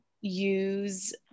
use